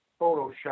Photoshop